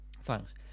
thanks